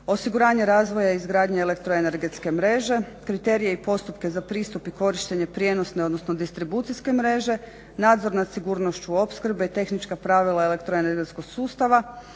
osiguranje razvoja izgradnje elektro energetske mreže, kriterije i postupke za pristup i korištenje prijenosne odnosno distribucijske mreže, nadzor nad sigurnošću opskrbe, tehnička pravila elektro energetskog sustava,